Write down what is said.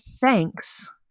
thanks